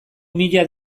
mila